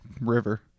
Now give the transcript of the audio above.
river